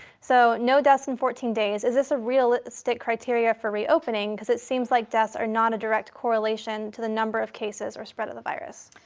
so no deaths in fourteen days. is this a real state criteria for reopening? because it seems like deaths are not a direct correlation to the number of cases or spread of the virus.